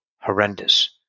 horrendous